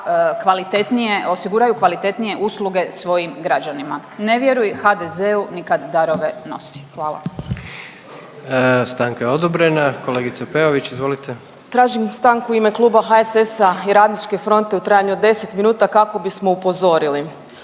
osiguraju kvalitetnije usluge svojim građanima. Ne vjeruj HDZ-u ni kad darove nosi. Hvala.